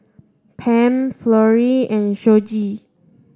Pam Florie and Shoji